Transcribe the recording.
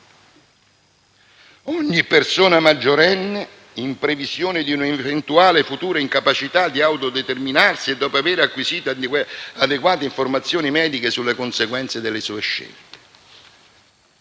«Ogni persona maggiorenne (...), in previsione di un'eventuale futura incapacità di autodeterminarsi e dopo avere acquisito adeguate informazioni mediche sulle conseguenze delle sue scelte...».